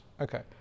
okay